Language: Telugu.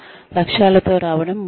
లక్ష్యాలతో రావడం ముఖ్యం